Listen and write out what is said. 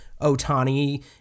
Otani